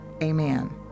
Amen